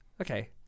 okay